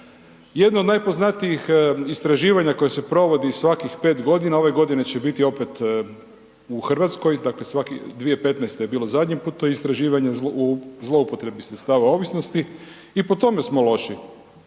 Jedno od najpoznatijih istraživanja koje se provodi svakih 5 godina ove godine će biti opet u Hrvatskoj, dakle svakih 2015. je bilo zadnji put to istraživanje o zloupotrebi sredstava ovisnosti i po tome smo loži,